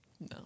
No